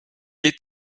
est